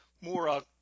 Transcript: more –